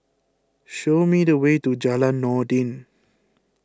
show me the way to Jalan Noordin